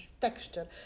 texture